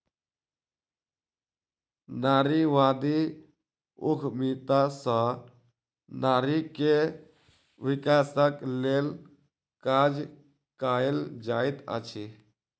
नारीवादी उद्यमिता सॅ नारी के विकासक लेल काज कएल जाइत अछि